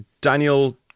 Daniel